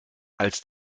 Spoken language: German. als